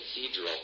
Cathedral